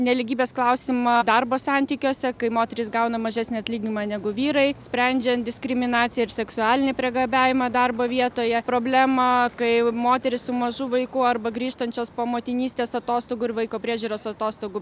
nelygybės klausimą darbo santykiuose kai moterys gauna mažesnį atlyginimą negu vyrai sprendžiant diskriminaciją ir seksualinį priekabiavimą darbo vietoje problemą kai moteris su mažu vaiku arba grįžtančios po motinystės atostogų ir vaiko priežiūros atostogų